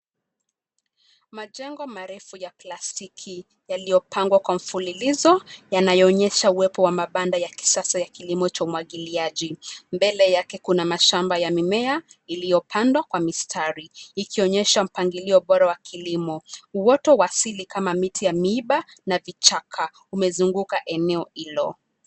Majengo marefu ya plastiki, yaliyopangwa kwa mfululizo yanaonyesha uwepo wa mabanda ya kisasa ya kilimo cha umwagiliaji. Mbele yake kuna mashamba ya mimea iliyopandwa kwa mistari, ikionyesha mpangilio bora wa kilimo. Uoto wa asili kama miti ya miba na vichaka umezunguka eneo hilo.